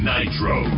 Nitro